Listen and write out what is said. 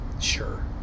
Sure